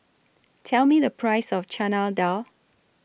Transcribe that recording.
Tell Me The Price of Chana Dal